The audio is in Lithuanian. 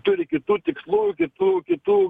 turi kitų tikslų kitų kitų